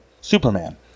Superman